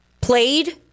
played